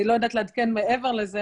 אני לא יודעת לעדכן מעבר לזה,